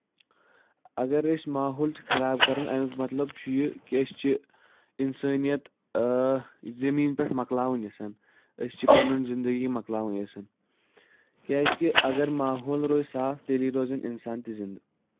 اَگر أسۍ ماحول چھُ خراب کرُن اَمیُک مطلب چھُ یہِ کہِ أسۍ چھِ اِنسٲنیَت آ زٔمیٖن پٮ۪ٹھ مۄکلاوُن یَژھان أسۍ چھِ پَنٕنۍ زِندگی مۄکلاوُن یَژھان کیازِ کہِ اَگر ماحول روزِ صاف تیٚلہِ روزَن اِنسان تہِ زندٕ